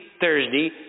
Thursday